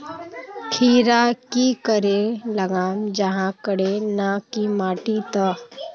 खीरा की करे लगाम जाहाँ करे ना की माटी त?